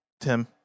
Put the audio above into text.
tim